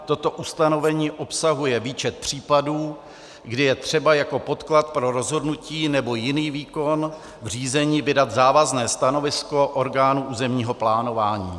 Toto ustanovení obsahuje výčet případů, kdy je třeba jako podklad pro rozhodnutí nebo jiný výkon v řízení vydat závazné stanovisko orgánu územního plánování.